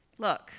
Look